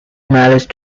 marriage